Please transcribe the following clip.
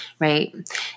Right